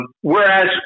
Whereas